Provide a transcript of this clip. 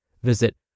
Visit